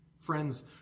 friends